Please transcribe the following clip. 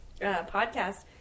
podcast